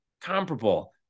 comparable